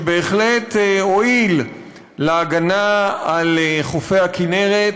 שבהחלט הועיל להגנה על חופי הכינרת,